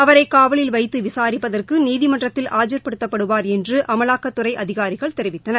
அவரைக் காவலில் வைத்து விசாரிப்பதற்கு நீதிமன்றத்தில் ஆஜர்படுத்தப்படுவார் என்று அமலாக்கத்துறை அதிகாரிகள் தெரிவித்தனர்